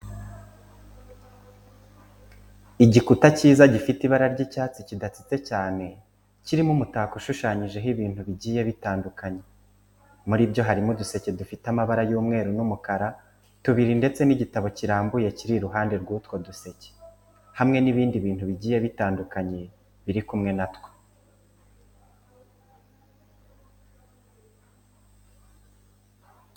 Igikuta cyiza gifite ibara ry'icyatsi kidatsitse cyane, kirimo umutako ushushanyijeho ibintu bigiye bitandukanye. Muri byo harimo uduseke dufite amabara y'umweru n'umukara tubiri ndetse n'igitabo kirambuye kiri iruhande rw'utwo duseke, hamwe n'ibindi bintu bigiye bitandukanye biri kumwe na two.